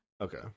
Okay